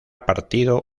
partido